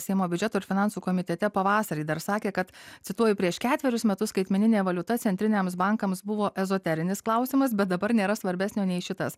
seimo biudžeto ir finansų komitete pavasarį dar sakė kad cituoju prieš ketverius metus skaitmeninė valiuta centriniams bankams buvo ezoterinis klausimas bet dabar nėra svarbesnio nei šitas